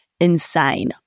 insane